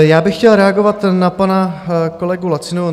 Já bych chtěl reagovat na pana kolegu Lacinu.